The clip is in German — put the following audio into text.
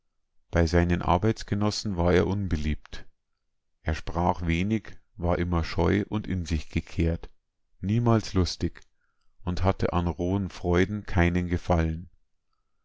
bei seinen arbeitsgenossen war er unbeliebt er sprach wenig war immer scheu und in sich gekehrt niemals lustig und hatte an rohen freuden kein gefallen